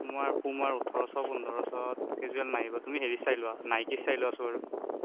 পুমাৰ পুমাৰ ওঠৰশ পোন্ধৰশ কেজুৱেল নাহিব তুমি হেৰি চাই লোৱা নাইকিৰ চাই লোৱাচোন বাৰু